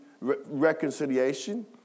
reconciliation